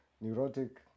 neurotic